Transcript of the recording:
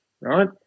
right